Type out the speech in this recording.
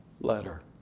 letter